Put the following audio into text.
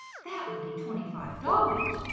that would be twenty-five dollars!